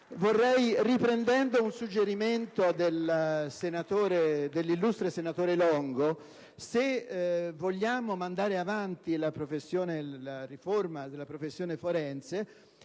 riprendendo un suggerimento dell'illustre senatore Longo: se vogliamo portare avanti la riforma della professione forense,